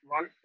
One